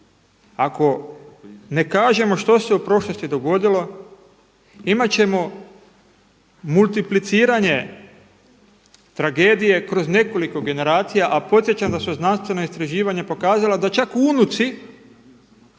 ako ne kažemo što se u prošlosti dogodilo imati ćemo multipliciranje tragedije kroz nekoliko generacija a podsjećam da su znanstvena istraživanja pokazala da čak unuci